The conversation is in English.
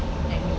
admin